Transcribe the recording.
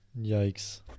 Yikes